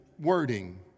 wording